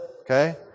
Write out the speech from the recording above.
Okay